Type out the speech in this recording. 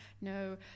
no